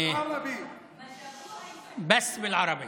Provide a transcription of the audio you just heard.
רק בערבית.